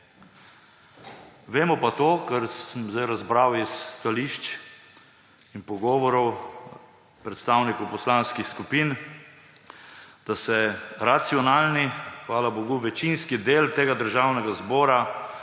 Vemo pa to, kar sem zdaj razbral iz stališč in pogovorov predstavnikov poslanskih skupin, da se racionalni, hvala bogu, večinski del tega državnega zbora